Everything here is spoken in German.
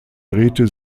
drehte